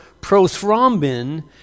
prothrombin